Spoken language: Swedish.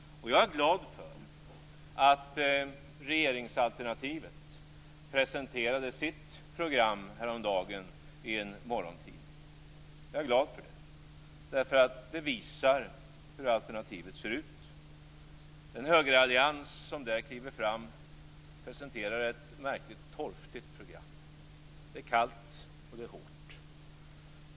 Jag är glad för att regeringsalternativet presenterade sitt program häromdagen i en morgontidning. Jag är glad för det. Det visar hur alternativet ser ut. Den högerallians som där kliver fram presenterar ett märkligt torftigt program. Det är kallt och hårt.